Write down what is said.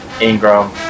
ingram